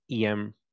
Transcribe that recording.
EM